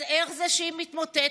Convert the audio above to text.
אז איך זה שהיא מתמוטטת?